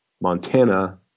montana